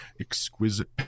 exquisite